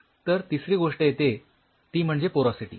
तर तिसरी गोष्ट येते ती म्हणजे पोरॉसिटी